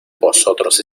vosotros